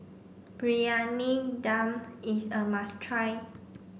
Briyani Dum is a must try